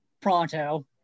pronto